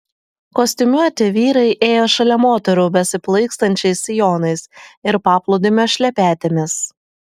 kostiumuoti vyrai ėjo šalia moterų besiplaikstančiais sijonais ir paplūdimio šlepetėmis